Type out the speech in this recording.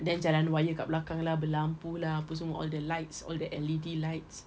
then jalan wire kat belakang lah berlampu lah apa semua all the lights all the L_E_D lights